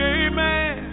amen